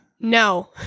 No